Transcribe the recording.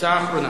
הצעה אחרונה,